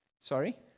Sorry